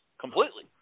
completely